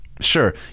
sure